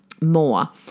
more